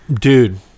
dude